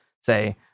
say